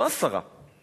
לא עשרה,